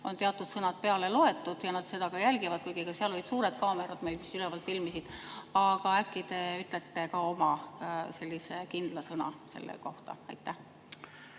on teatud sõnad peale loetud ja nad seda ka jälgivad, kuigi ka seal olid ka suured kaamerad, mis ülevalt filmisid. Aga äkki te ütlete ka oma sellise kindla sõna selle kohta. Aitäh!